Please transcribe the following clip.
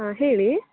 ಹಾಂ ಹೇಳಿ